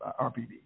RPB